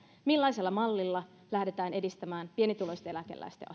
millaisella mallilla lähdetään edistämään pienituloisten eläkeläisten